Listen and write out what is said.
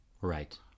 Right